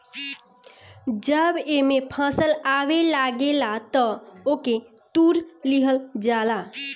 जब एमे फल आवे लागेला तअ ओके तुड़ लिहल जाला